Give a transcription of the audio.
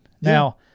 Now